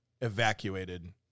evacuated